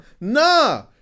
Nah